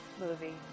movie